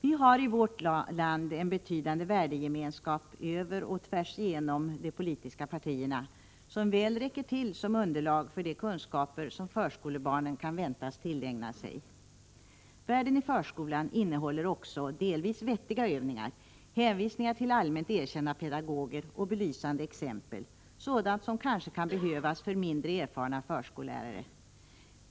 Vi har i vårt land en betydande värdegemenskap över och tvärsigenom de politiska partierna, som väl räcker till som underlag för de kunskaper som förskolebarn kan väntas tillägna sig. Världen i förskolan innehåller också delvis vettiga övningar, hänvisningar till allmänt erkända pedagoger och belysande exempel — sådant som kanske kan behövas för mindre erfarna förskollärare.